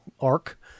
arc